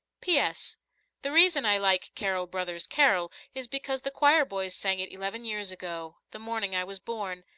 p s the reason i like carol, brothers, carol is because the choir-boys sang it eleven years ago, the morning i was born,